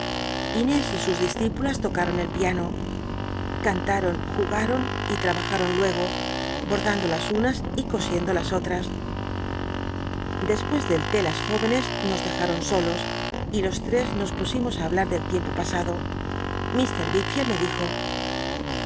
y sus discípulas tocaron el piano cantaron j ugaron y tra bajaron luego bordando las unas y cosiendo las ottas despues del té las jóvenes nos dejaron solos y los ttes nos pusimos í hablar del tiempo pasado mt wickficld me dijo